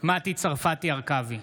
מטי צרפתי הרכבי,